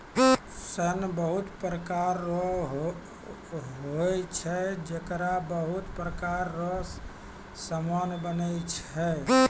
सन बहुत प्रकार रो होय छै जेकरा बहुत प्रकार रो समान बनै छै